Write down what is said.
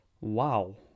wow